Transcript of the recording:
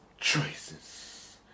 choices